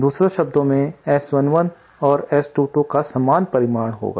दूसरे शब्दों में S11 और S22 का समान परिमाण होगा